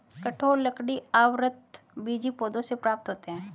कठोर लकड़ी आवृतबीजी पौधों से प्राप्त होते हैं